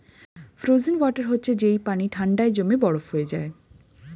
frozen water হচ্ছে যেই পানি ঠান্ডায় জমে বরফ হয়ে যায়